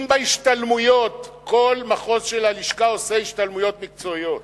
אם בהשתלמויות כל מחוז של הלשכה עושה השתלמויות מקצועיות,